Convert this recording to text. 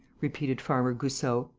repeated farmer goussot.